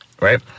right